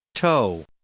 Toe